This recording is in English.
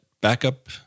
backup